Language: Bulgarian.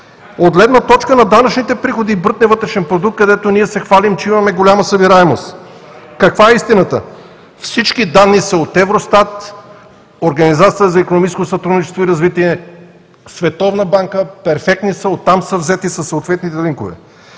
От гледна точка на данъчните приходи и брутния вътрешен продукт, където ние се хвалим, че имаме голяма събираемост. Каква е истината? Всички данни са от Евростат, Организацията за икономическо сътрудничество и развитие, Световната банка – перфектни са, оттам са взети със съответните линкове.